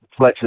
flexes